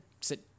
sit